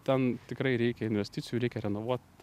ten tikrai reikia investicijų reikia renovuot